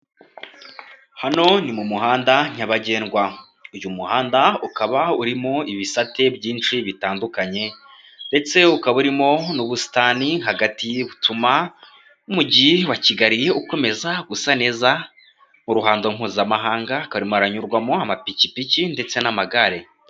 Hano ni mu muhanda nyabagendwa. Uyu muhanda ukaba urimo ibisate byinshi bitandukanye ndetse ukaba urimo n'ubusitani hagati, butuma umujyi wa Kigali ukomeza gusa neza ku ruhando mpuzamahanga, hakaba harimo haranyurwamo amapikipiki ndetse n'amagare.